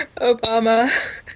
Obama